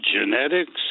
genetics